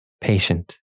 patient